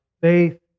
faith